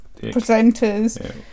presenters